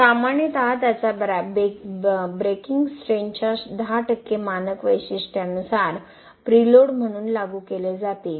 सामान्यत त्याच्या ब्रेकिंग स्ट्रेंथच्या 10 मानक वैशिष्ट्यांनुसार प्रीलोड म्हणून लागू केले जातील